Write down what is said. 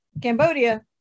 Cambodia